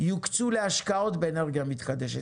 יוקצו להשקעות באנרגיה מתחדשת.